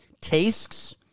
tastes